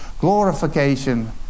glorification